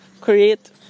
create